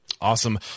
Awesome